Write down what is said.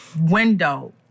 window